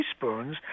teaspoons